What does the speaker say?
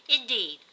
Indeed